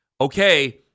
okay